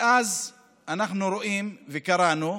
ואז אנחנו רואים, וגם קראנו,